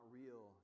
real